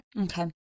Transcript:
okay